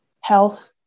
health